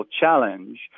challenge